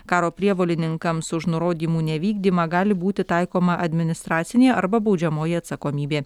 karo prievolininkams už nurodymų nevykdymą gali būti taikoma administracinė arba baudžiamoji atsakomybė